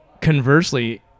conversely